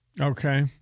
Okay